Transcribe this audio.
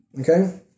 okay